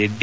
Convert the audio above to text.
Reddy